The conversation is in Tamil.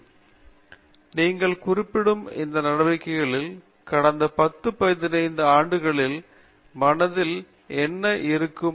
பேராசிரியர் பிரதாப் ஹரிதாஸ் நீங்கள் குறிப்பிடும் இந்த நடவடிக்கைகளில் கடந்த 10 15 ஆண்டுகளில் மக்கள் மனதில் இருக்கும் எண்ணம் ஆகும்